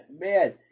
Man